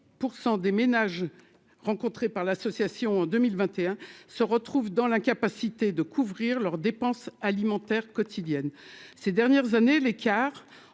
des ménages rencontrés par l'association en 2021, se retrouvent dans l'incapacité de couvrir leurs dépenses alimentaires quotidiennes ces dernières années, l'écart